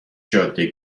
جاده